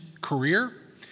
career